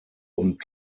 und